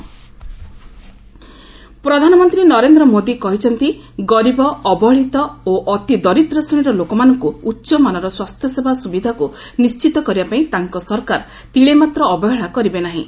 PM food security ପ୍ରଧାନମନ୍ତ୍ରୀ ନରେନ୍ଦ୍ର ମୋଦି କହିଛନ୍ତି ଗରିବ ଅବହେଳିତ ଓ ଅତି ଦରିଦ୍ର ଶ୍ରେଣୀର ଲୋକମାନଙ୍କୁ ଉଚ୍ଚମାନର ସ୍ୱାସ୍ଥ୍ୟସେବା ସୁବିଧାକୁ ନିର୍ଣିତ କରିବାପାଇଁ ତାଙ୍କ ସରକାର ତିଳେମାତ୍ର ଅବହେଳା କରିବେ ନାହିଁ